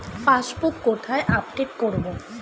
Passbook কোথায় update করব?